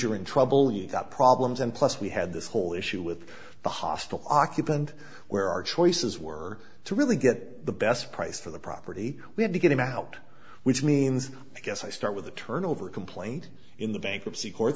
you're in trouble you've got problems and plus we had this whole issue with the hostile occupant where our choices were to really get the best price for the property we had to get him out which means i guess i start with a turnover complaint in the bankruptcy court